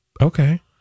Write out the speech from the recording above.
okay